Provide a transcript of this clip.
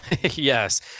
yes